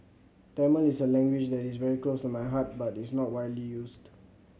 Tamil is a language that is very close to my heart but it's not widely used